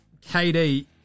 KD